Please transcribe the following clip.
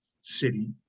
city